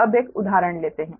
अब एक उदाहरण लेते हैं